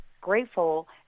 grateful